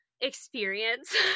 experience